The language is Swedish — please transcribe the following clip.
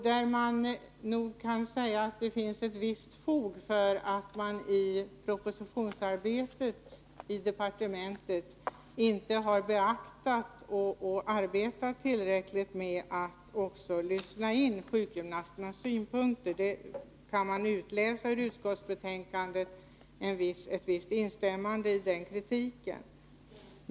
Det kan nog sägas med visst fog att man i propositionsarbetet inte beaktat och inte tillräckligt lyssnat på sjukgymnasternas synpunkter. Ur utskottsbetänkandet kan man utläsa ett visst instämmande i den kritiken.